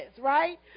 right